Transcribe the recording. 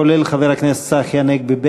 כולל חבר הכנסת צחי הנגבי,